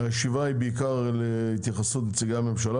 הישיבה היא בעיקר להתייחסות נציגי הממשלה